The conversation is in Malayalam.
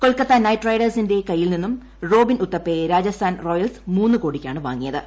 കൊൽക്കത്ത നൈറ്റ് റൈഡേഴ്സിന്റെ കയ്യിൽ നിന്നും റോബിൻ ഉത്തപ്പയെ രാജസ്ഥാൻ റോയൽസ് മൂന്ന് കോടിക്കാണ് വാങ്ങിയത്